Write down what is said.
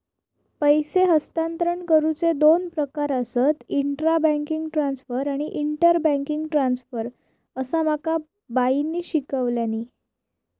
पैसे हस्तांतरण करुचे दोन प्रकार आसत, इंट्रा बैंक ट्रांसफर आणि इंटर बैंक ट्रांसफर, असा माका बाईंनी शिकवल्यानी